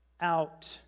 out